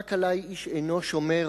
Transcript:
רק עלי איש אינו שומר.